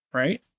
right